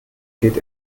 geht